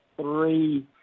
three